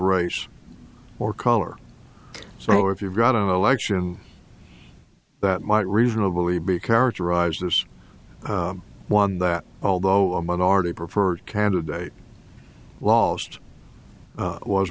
race or color so if you've got an election that might reasonably be characterized as one that although a minority prefer candidate waltzed was